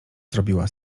zrobiła